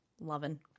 loving